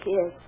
Yes